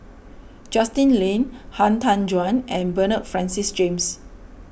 Justin Lean Han Tan Juan and Bernard Francis James